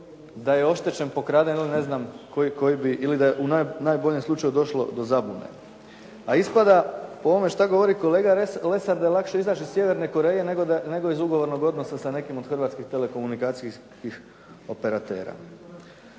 da je oštećen, pokraden ili ne znam ili u najboljem slučaju došlo do zabune. A ispada ovo što govori kolega Lesar da je lakše izaći iz Sjeverne Koreje nego iz ugovornih odnosa sa nekim od nekih hrvatskih telekomunikacijskih operatera.